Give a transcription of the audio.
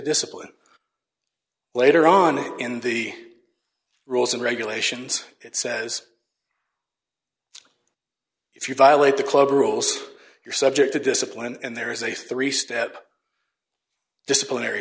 discipline later on in the rules and regulations it says if you violate the club rules you're subject to discipline and there is a three step disciplinary